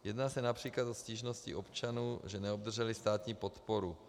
Jedná se například o stížnosti občanů, že neobdrželi státní podporu.